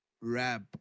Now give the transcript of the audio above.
rap